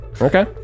Okay